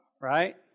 right